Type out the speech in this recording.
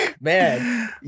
man